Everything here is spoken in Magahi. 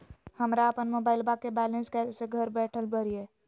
हमरा अपन मोबाइलबा के बैलेंस कैसे घर बैठल भरिए?